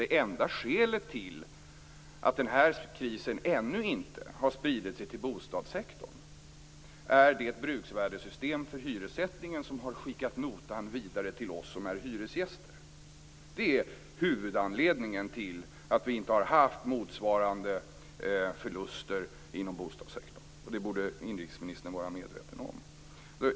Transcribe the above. Det enda skälet till att den här krisen ännu inte har spridit sig till bostadssektorn är det bruksvärdessystem för hyressättningen som har inneburit att man har skickat notan vidare till oss som är hyresgäster. Det är huvudanledningen till att vi inte har haft motsvarande förluster inom bostadssektorn. Det borde inrikesministern vara medveten om.